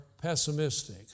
pessimistic